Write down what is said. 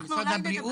משרד הבריאות?